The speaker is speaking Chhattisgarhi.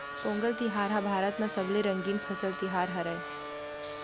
पोंगल तिहार ह भारत म सबले रंगीन फसल तिहार हरय